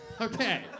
Okay